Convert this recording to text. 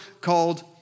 called